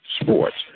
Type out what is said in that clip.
Sports